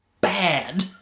Bad